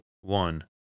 one